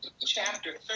chapter